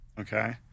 Okay